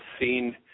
seen